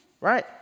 right